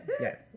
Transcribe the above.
Yes